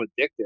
addictive